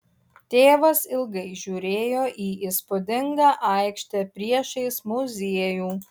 tėvas ilgai žiūrėjo į įspūdingą aikštę priešais muziejų